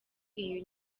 iyi